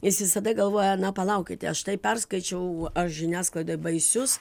jis visada galvoja na palaukite štai perskaičiau aš žiniasklaidoj baisius